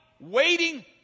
Waiting